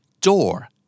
Door